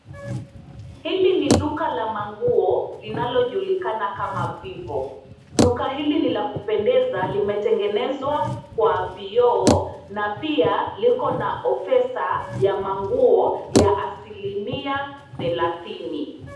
Hili ni duka la manguo, linalojulikana kama cs[Vivo]cs. Duka hili ni la kupendeza, limetengenezwa kwa vioo na pia liko na ofesa ya manguo ya asilimia thelathini.